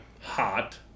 hot